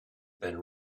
been